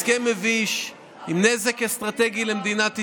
הסכם מביש עם נזק אסטרטגי למדינת ישראל,